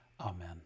Amen